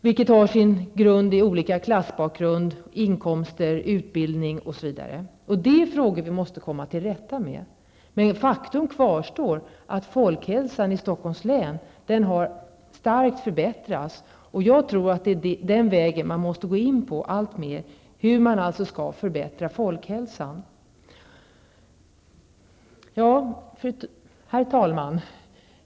Det har sin grund i olika klassbakgrund, utbildning, inkomster osv. Dessa förhållanden måste vi komma till rätta med, men det faktum att folkhälsan i Stockholms län starkt har förbättrats kvarstår. Jag tror att det är den vägen som man alltmer måste slå in på, nämligen hur man skall förbättra folkhälsan. Herr talman!